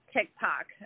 TikTok